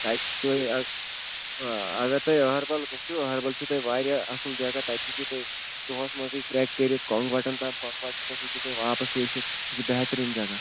تۄہہِ اگر تۄہہِ أہربل گٔژھِو أہربل چھِو تۄہہِ واریاہ اَصٕل جگہ تَتہِ ہیٚکِو تُہۍ دۄہس منٛزٕے ٹرٛٮ۪ک کٔرِتھ کۄنٛگ وَٹن تام کۄنٛگ وَٹنہٕ پٮ۪ٹھ ہیٚکِو تُہۍ واپس ؤسِتھ سُہ چھُ بہتریٖن جگہ